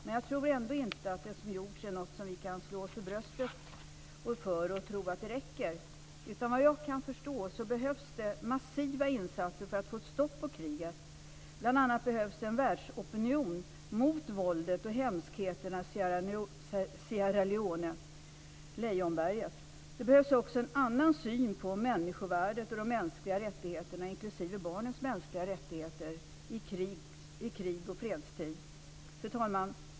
Men jag tror ändå inte att det som har gjorts är någonting som vi kan slå oss för bröstet för och tro att det räcker. Enligt vad jag kan förstå behövs det massiva insatser för att få ett stopp på kriget. Bl.a. behövs en världsopinion mot våldet och hemskheterna i Sierra Leone, Lejonberget. Det behövs också en annan syn på människovärdet och de mänskliga rättigheterna, inklusive barnens mänskliga rättigheter, i krigs och fredstid. Fru talman!